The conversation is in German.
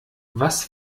was